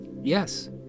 yes